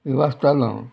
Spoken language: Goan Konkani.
वाचतालों हांव